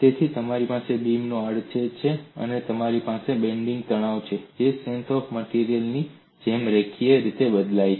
તેથી તમારી પાસે બીમનો આડછેદ છે અને તમારી પાસે બેન્ડિંગ તણાવ છે જે સ્ટ્રેન્થ ઓફ માટેરિયલ્સ ની જેમ રેખીય રીતે બદલાય છે